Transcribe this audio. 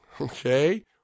okay